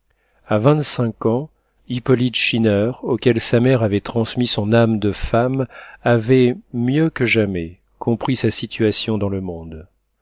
a vingt-cinq ans hippolyte schinner auquel sa mère avait transmis son âme de femme avait mieux que jamais compris sa situation dans le monde